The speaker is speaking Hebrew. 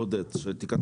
לעודד שתיכנס.